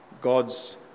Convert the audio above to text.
God's